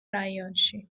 რაიონში